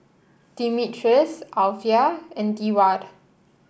Demetrius Alyvia and Deward